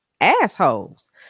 assholes